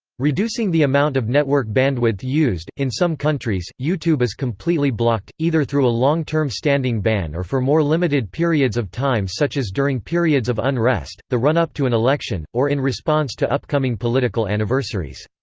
reducing the amount of network bandwidth used in some countries, youtube is completely blocked, either through a long term standing ban or for more limited periods of time such as during periods of unrest, the run-up to an election, or in response to upcoming political anniversaries.